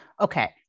Okay